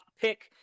pick